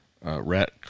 rat